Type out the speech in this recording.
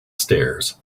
stairs